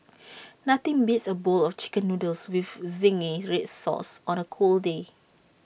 nothing beats A bowl of Chicken Noodles with Zingy Red Sauce on A cold day